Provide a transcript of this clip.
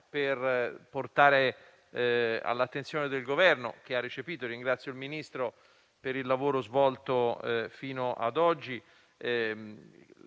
per portare all'attenzione del Governo, che ha recepito (e ringrazio il Ministro per il lavoro svolto fino a oggi),